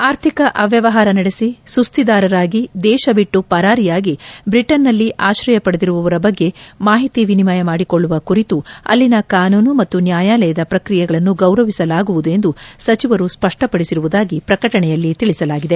ಆರ್ಥಿಕ ಅಮ್ಲವಹಾರ ನಡೆಸ ಸುಸ್ತಿದಾರರಾಗಿ ದೇಶ ಬಿಟ್ಟು ಪರಾರಿಯಾಗಿ ಬ್ರಿಟನ್ನಲ್ಲಿ ಆಕ್ರಯ ಪಡೆದಿರುವವರ ಬಗ್ಗೆ ಮಾಹಿತಿ ವಿನಿಮಯ ಮಾಡಿಕೊಳ್ಳುವ ಕುರಿತು ಅಲ್ಲಿನ ಕಾನೂನು ಮತ್ತು ನ್ಲಾಯಾಲಯದ ಪ್ರಕ್ರಿಯೆಗಳನ್ನು ಗೌರವಿಸಲಾಗುವುದು ಎಂದು ಸಚಿವರು ಸ್ವಪ್ಪಪಡಿಸಿರುವುದಾಗಿ ಪ್ರಕಟಣೆಯಲ್ಲಿ ತಿಳಿಸಲಾಗಿದೆ